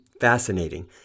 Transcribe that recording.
Fascinating